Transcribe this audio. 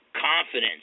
confidence